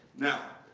now,